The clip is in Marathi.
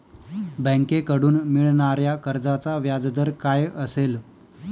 बँकेकडून मिळणाऱ्या कर्जाचा व्याजदर काय असेल?